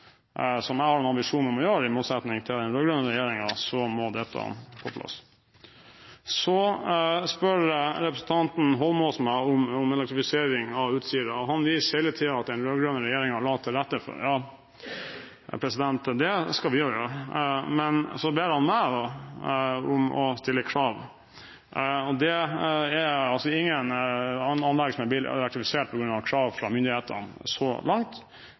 som jeg har en ambisjon om å gjøre, i motsetning til den rød-grønne regjeringen, må dette på plass. Så spør representanten Eidsvoll Holmås meg om elektrifiseringen av Utsirahøyden. Han viser hele tiden til at den rød-grønne regjeringen la til rette for det. Ja, det skal vi gjøre. Så ber han meg om å stille krav. Det er ikke noe anlegg som er blitt elektrifisert på grunn av krav fra myndighetene så langt.